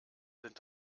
sind